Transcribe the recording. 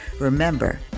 Remember